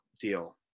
deal